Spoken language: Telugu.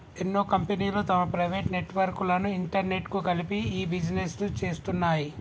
ఎన్నో కంపెనీలు తమ ప్రైవేట్ నెట్వర్క్ లను ఇంటర్నెట్కు కలిపి ఇ బిజినెస్ను చేస్తున్నాయి